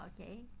Okay